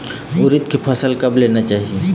उरीद के फसल कब लेना चाही?